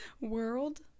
world